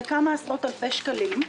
זה כמה עשרות אלפי שקלים.